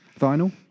Vinyl